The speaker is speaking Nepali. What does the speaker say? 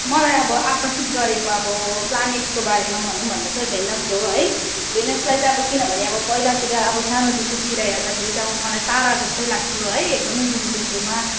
मलाई अब आकर्षित गरेको अब प्लानेटको बारेमा भनौँ भन्दा चाहिँ भेनस हो है भेनसलाई चाहिँ अब किनभने अब पहिलातिर अब सानो तिर हेर्दाखेरि चाहिँ अब मलाई तारा जस्तै लाग्थ्यो है एकदमै जूनको छेउमा